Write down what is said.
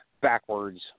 backwards